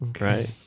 right